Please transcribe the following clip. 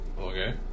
okay